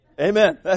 Amen